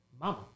Mama